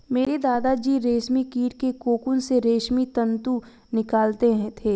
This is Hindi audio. मेरे दादा जी रेशमी कीट के कोकून से रेशमी तंतु निकालते थे